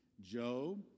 Job